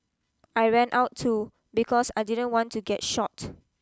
I ran out too because I didn't want to get shot